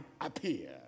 appear